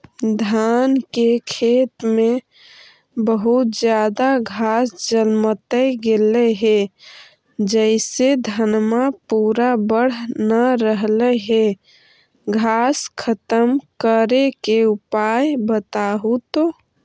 धान के खेत में बहुत ज्यादा घास जलमतइ गेले हे जेसे धनबा पुरा बढ़ न रहले हे घास खत्म करें के उपाय बताहु तो?